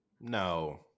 No